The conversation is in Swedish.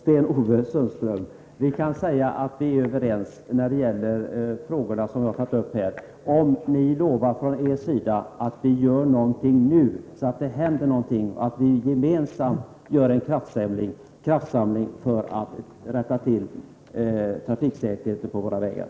Herr talman! Vi kan säga att vi är överens om de frågor jag tagit upp här, Sten-Ove Sundström, om ni lovar att vi gör någonting nu så att det händer någonting. Vi måste gemensamt göra en kraftsamling för att öka trafiksäkerheten på våra vägar.